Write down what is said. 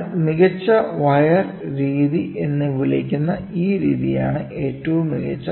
അതിനാൽ മികച്ച വയർ രീതി എന്ന് വിളിക്കുന്ന ഈ രീതിയാണ് ഏറ്റവും മികച്ച